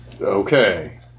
Okay